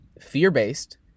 fear-based